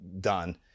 done